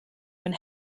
when